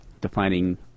defining